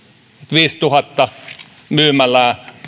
viisituhatta myymälää